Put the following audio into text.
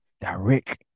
direct